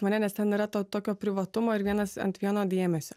mane nes ten yra to tokio privatumo ir vienas ant vieno dėmesio